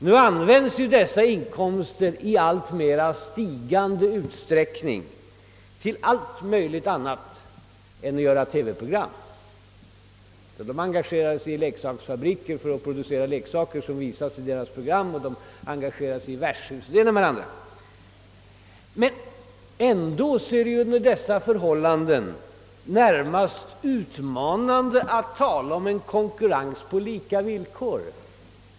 Numera användes dessa inkomster i alltmer stigande utsträckning till allt möjligt annat än att göra TV-program — de är investerade i fabriker för att producera leksaker, vilka sedan visas i programmen, och de är engagerade i värdshus m.m. Ändå är det under dessa förhållanden närmast utmanande att tala om konkurrens på lika villkor.